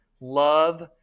love